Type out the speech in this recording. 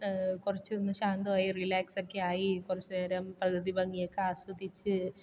കുറച്ച് ഒന്ന് ശാന്തമായി റിലാക്സ് ഒക്കെ ആയി കുറച്ച്നേരം പ്രകൃതി ഭംഗി ഒക്കെ ആസ്വദിച്ച്